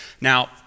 Now